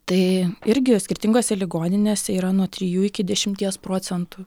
tai irgi skirtingose ligoninėse yra nuo trijų iki dešimties procentų